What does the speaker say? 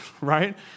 right